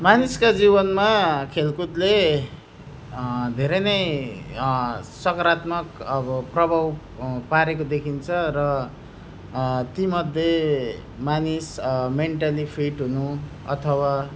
मानिसका जीवनमा खेलकुदले धेरै नै सकारात्मक अब प्रभाव पारेको देखिन्छ र तीमध्ये मानिस मेन्टली फिट हुनु अथवा